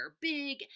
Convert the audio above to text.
big